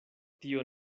tio